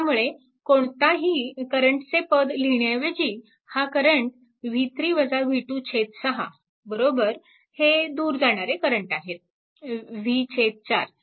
त्यामुळे कोणताही करंटचे पद लिहिण्याऐवजी हा करंट 6 दूर जाणारे हे करंट आहेत v4